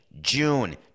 June